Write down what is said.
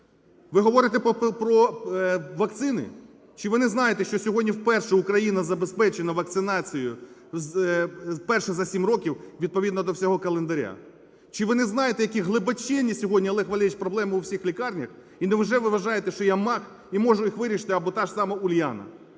Ви говорите про вакцини, чи ви не знаєте, що сьогодні вперше Україна забезпечена вакцинацією, вперше за 7 років, відповідно до всього календаря. Чи ви не знаєте, які глибочині сьогодні, Олегу Валерійовичу, проблеми у всіх лікарнях, і невже ви вважаєте, що я маг і можу їх вирішити, або та ж сама Уляна.